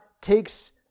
takes